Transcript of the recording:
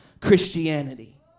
Christianity